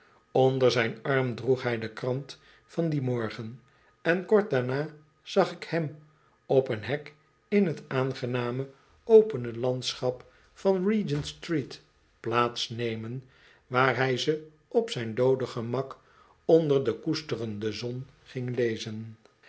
onder zijn arm droeg hij de krant van dien morgen en kort daarna zag ik hem op een hek in t aangename opene landschap van regent-street plaatsnemen waar hij ze op zijn doode gemak onder de koesterende zon ging lezen